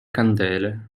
candele